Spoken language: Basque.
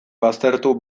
baztertu